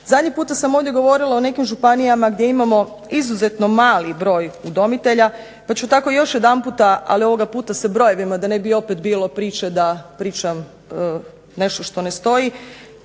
Zadnji puta sam ovdje govorila o nekim županijama gdje imamo izuzetno mali broj udomitelja, pa ću tako još jedanputa, ali ovoga puta sa brojevima, da ne bi opet bilo priče da pričam nešto što ne stoji,